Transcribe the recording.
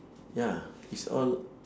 ya is all